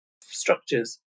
structures